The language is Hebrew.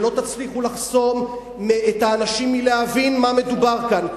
ולא תצליחו לחסום את האנשים מלהבין מה מדובר כאן.